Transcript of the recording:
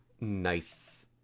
Nice